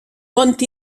tot